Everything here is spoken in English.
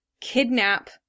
kidnap